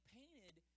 painted